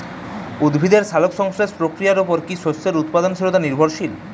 উদ্ভিদের সালোক সংশ্লেষ প্রক্রিয়ার উপর কী শস্যের উৎপাদনশীলতা নির্ভরশীল?